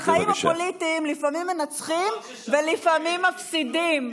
בחיים הפוליטיים לפעמים מנצחים ולפעמים מפסידים.